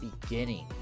beginning